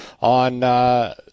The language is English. on –